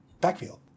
backfield